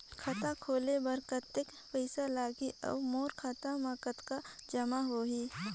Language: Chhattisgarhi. खाता खोले बर कतेक पइसा लगही? अउ मोर खाता मे कतका जमा होही?